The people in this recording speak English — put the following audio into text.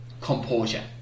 composure